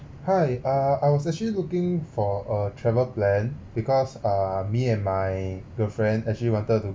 hi uh I was actually looking for a travel plan because err me and my girlfriend actually wanted to